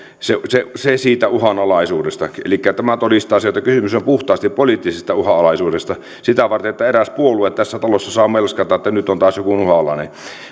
se se siitä uhanalaisuudesta elikkä tämä todistaa sen että kysymys on puhtaasti poliittisesta uhanalaisuudesta sitä varten että eräs puolue tässä talossa saa melskata että nyt on taas joku uhanalainen